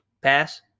Pass